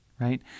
right